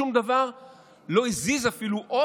שום דבר לא הזיז אפילו אות